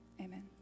Amen